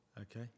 Okay